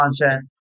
content